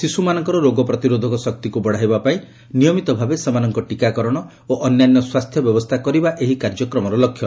ଶିଶୁମାନଙ୍କର ରୋଗ ପ୍ରତିରୋଧକ ଶକ୍ତିକୁ ବଢ଼ାଇବା ପାଇଁ ନିୟମିତ ଭାବେ ସେମାନଙ୍କ ଟିକାକରଣ ଓ ଅନ୍ୟାନ୍ୟ ସ୍ୱାସ୍ଥ୍ୟ ବ୍ୟବସ୍ଥା କରିବା ଏହି କାର୍ଯ୍ୟକ୍ରମ ଲକ୍ଷ୍ୟ